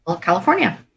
California